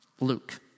Luke